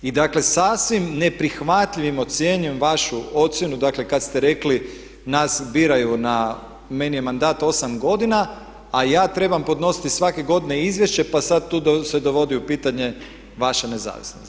I dakle sasvim neprihvatljivim ocjenjujem vašu ocjenu dakle kad ste rekli nas biraju, meni je mandat 8 godina, a ja trebam podnositi svake godine izvješće pa sad tu se dovodi u pitanje vaša nezavisnost.